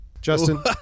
Justin